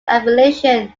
affiliation